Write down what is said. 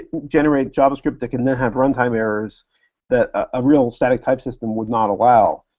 generate javascript that can then have runtime errors that a real static type system would not allow.